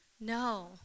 No